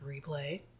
Replay